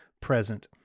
present